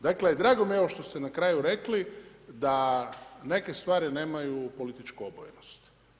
Dakle, drago mi je što ste na kraju rekli da neke stvari nemaju političku obojenost.